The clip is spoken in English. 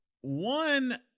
one